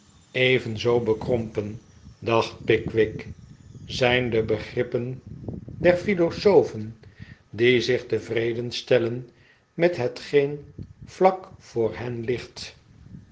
evenzoo bekrompen dacht pickwick zijn de begrippen der philosofen die zich tevreden stellen met hetgeen vlak voor hen ligt